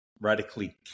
radically